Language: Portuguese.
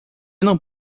não